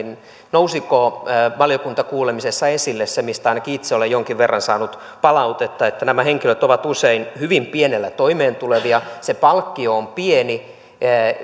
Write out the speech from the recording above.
nousiko valiokuntakuulemisessa esille se mistä ainakin itse olen jonkin verran saanut palautetta että nämä henkilöt ovat usein hyvin pienellä toimeentulevia se palkkio on pieni